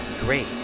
great